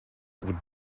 would